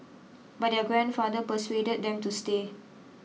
but their grandfather persuaded them to stay